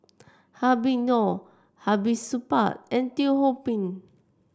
Habib Noh Hamid Supaat and Teo Ho Pin